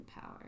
power